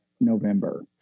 November